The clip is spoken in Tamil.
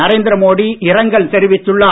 நரேந்திர மோடி இரங்கல் தெரிவித்துள்ளார்